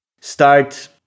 start